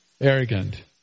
arrogant